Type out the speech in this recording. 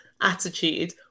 attitude